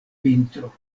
vintro